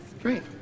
Great